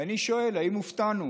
ואני שואל: האם הופתענו?